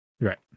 Right